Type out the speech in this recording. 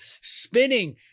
spinning